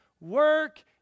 work